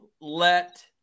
let